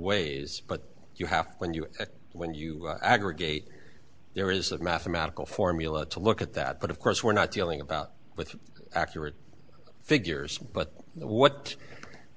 ways but you have when you when you aggregate there is a mathematical formula to look at that but of course we're not dealing about with accurate figures but what